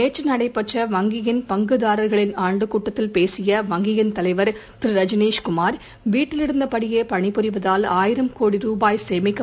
நேற்றுநடைபெற்ற வங்கியின் பங்குதாரர்களின் ஆண்டுகூட்டத்தில் பேசிய வங்கியின் தலைவர் திரு ரஜ்னீஷ் குமார் வீட்டிலிருந்தபடியேபணிபுரிவதால் ஆயிரம் கோடி ருபாய் சேமிக்கப்பட்டுள்ளதாககூறினார்